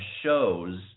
shows